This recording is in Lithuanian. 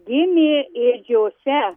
gimė ėdžiose